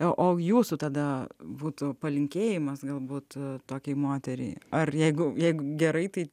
o jūsų tada būtų palinkėjimas galbūt tokiai moteriai ar jeigu jeigu gerai tai